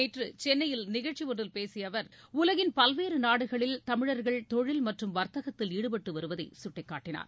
நேற்று சென்னையில் நிகழ்ச்சி ஒன்றில் பேசிய அவர் உலகின் பல்வேறு நாடுகளில் தமிழர்கள் தொழில் மற்றும் வர்த்தகத்தில் ஈடுபட்டு வருவதை சுட்டிக்காட்டினார்